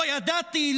"לא ידעתי",